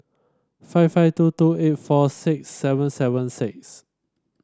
five five two two eight four six seven seven six